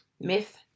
myth